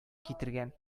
китергән